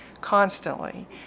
constantly